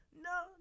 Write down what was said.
No